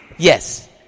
Yes